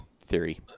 theory